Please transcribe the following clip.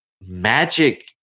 magic